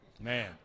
Man